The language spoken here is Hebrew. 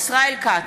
ישראל כץ,